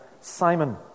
Simon